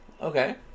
okay